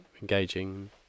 engaging